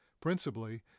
principally